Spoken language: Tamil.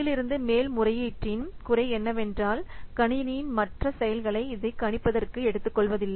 கீழிருந்து மேல் மேல்முறையீட்டின் குறை என்னவென்றால் கணினியின் மற்ற செயல்களை இது கணிப்பதற்கு எடுத்துக்கொள்வதில்லை